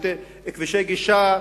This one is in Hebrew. כבישי גישה,